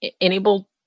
enable